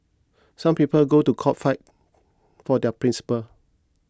some people go to court fight for their principle